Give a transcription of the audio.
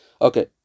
okay